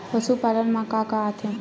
पशुपालन मा का का आथे?